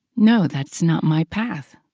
no, that's not my path.